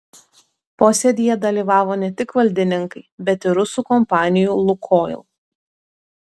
posėdyje dalyvavo ne tik valdininkai bet ir rusų kompanijų lukoil